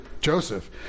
Joseph